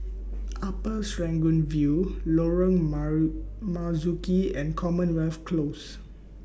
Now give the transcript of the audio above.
Upper Serangoon View Lorong Marzuki and Commonwealth Close